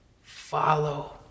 follow